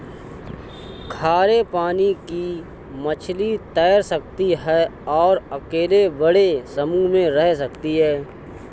खारे पानी की मछली तैर सकती है और अकेले बड़े समूह में रह सकती है